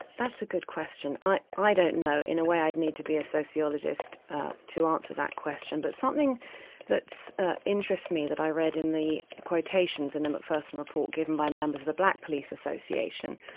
that's a good question. i i don't know, in a way i'd need to be a sociologist to answer that question. but something ah interests me that i read in the quotations in the macpherson report given by members of the black police association,